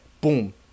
Boom